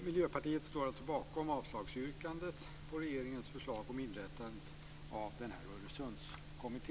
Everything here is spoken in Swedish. Miljöpartiet står alltså bakom avslagsyrkandet till regeringens förslag om inrättandet av denna Öresundskommitté.